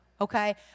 okay